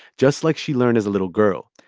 just like she learned as a little girl.